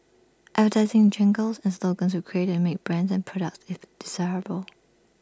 advertising jingles and slogans were created to make brands and products if desirable